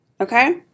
okay